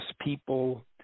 people